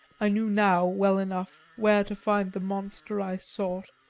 i knew now well enough where to find the monster i sought.